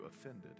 offended